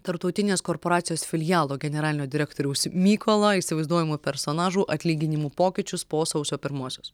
tarptautinės korporacijos filialo generalinio direktoriaus mykolo įsivaizduojamų personažų atlyginimų pokyčius po sausio pirmosios